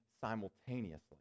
simultaneously